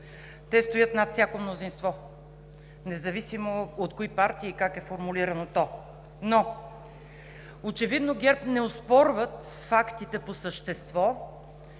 Те стоят над всяко мнозинство, независимо от кои партии и как е формулирано то. Очевидно ГЕРБ не оспорват фактите по същество